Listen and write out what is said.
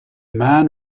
man